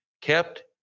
Kept